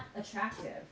attractive